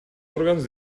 òrgans